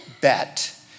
Bet